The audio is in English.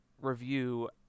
review